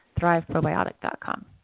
thriveprobiotic.com